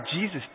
Jesus